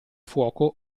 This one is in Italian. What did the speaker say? fuoco